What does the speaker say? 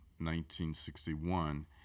1961